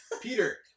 Peter